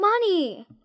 money